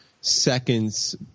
seconds